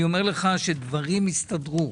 אני אומר לך שדברים יסתדרו.